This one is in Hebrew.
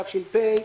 התש"ף-2020,